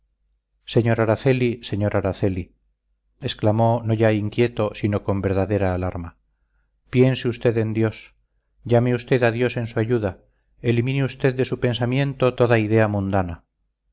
sr araceli sr araceli exclamó no ya inquieto sino con verdadera alarma piense usted en dios llame usted a dios en su ayuda elimine usted de su pensamiento toda idea mundana